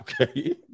Okay